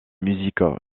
musique